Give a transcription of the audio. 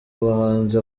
bahanzi